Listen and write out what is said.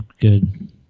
good